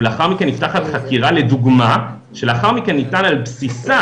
לאחר מכן נפתחת חקירה לדוגמה שלאחר מכן ניתן על בסיסה,